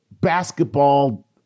basketball